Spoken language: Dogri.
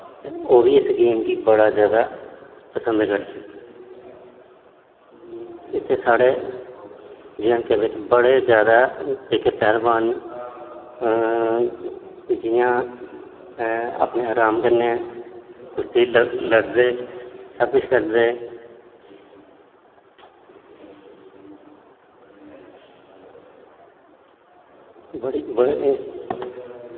ओह् बी इस गेम बी बड़ा जादा पसंद करदे न इत्थें साढ़े जे ऐंड़ के बिच्च बड़े जादा पैह्लवान न जियां अपनै राम कन्नै कुश्ती लड़दे सब कुश करदे बड़ी